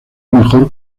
mejor